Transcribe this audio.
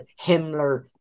Himmler